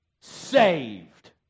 saved